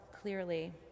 clearly